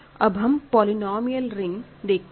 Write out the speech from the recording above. अब हम polynomial ring देखते हैं